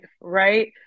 right